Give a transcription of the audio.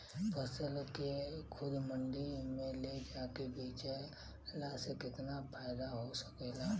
फसल के खुद मंडी में ले जाके बेचला से कितना फायदा हो सकेला?